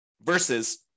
versus